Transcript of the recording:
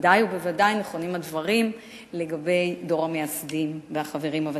בוודאי ובוודאי נכונים הדברים לגבי דור המייסדים והחברים הוותיקים.